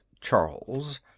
Charles